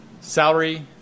salary